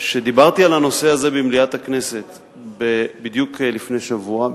שדיברתי על הנושא הזה במליאת הכנסת בדיוק לפני שבוע,